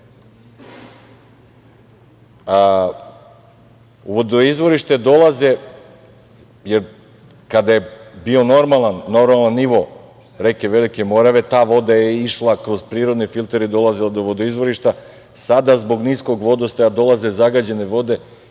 Do vodoizvorište dolaze, jer kada je bio normalan nivo reke Velike Morave, ta voda je išla kroz prirodne filtere i dolazila do vodoizvorišta, sada zbog niskog vodostaja dolaze zagađene vode